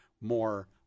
more